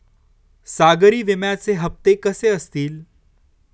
सागरी विम्याचे हप्ते कसे असतील?